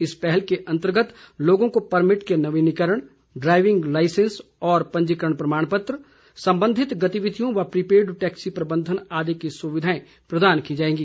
इस पहल के अंतर्गत लोगों को परमिट के नवीनीकरण ड्राईविंग लाइसैंस और पंजीकरण प्रमाणपत्र संबंधित गतिविधियों व प्रीपेड टैक्सी प्रबंधन आदि की सुविधाएं प्रदान की जाएगी